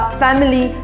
family